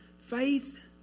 Faith